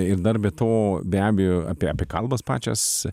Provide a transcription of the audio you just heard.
ir dar be to be abejo apie apie kalbas pačias